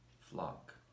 flock